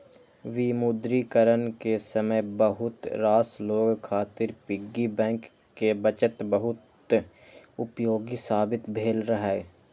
विमुद्रीकरण के समय बहुत रास लोग खातिर पिग्गी बैंक के बचत बहुत उपयोगी साबित भेल रहै